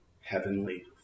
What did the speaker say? heavenly